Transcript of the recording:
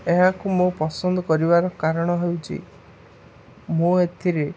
ଏହାକୁ ମୁଁ ପସନ୍ଦ କରିବାର କାରଣ ହେଉଛି ମୁଁ ଏଥିରେ